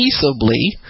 peaceably